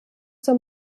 zur